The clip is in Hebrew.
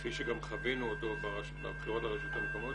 כפי שגם חווינו אותו בבחירות לרשויות המקומיות,